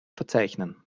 verzeichnen